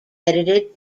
edited